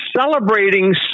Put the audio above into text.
celebrating